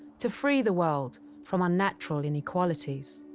to free the world from unnatural inequalities,